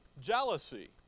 jealousy